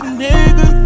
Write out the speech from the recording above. nigga